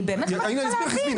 אני באמת לא מצליחה להבין.